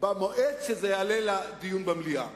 במועד שזה יעלה לדיון במליאה.